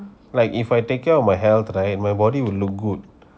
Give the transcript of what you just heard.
like if I take care of my health right my body will look good